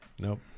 Nope